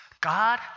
God